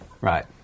Right